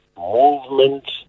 movement